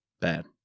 Bad